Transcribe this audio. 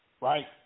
right